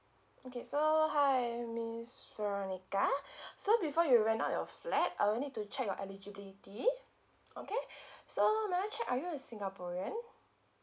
okay so hi miss veronica so before you rent out your flat I'll need to check your eligibility okay so may I check are you a singaporean